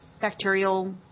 bacterial